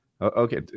Okay